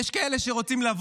זה היה